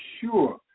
sure